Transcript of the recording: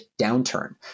downturn